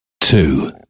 Two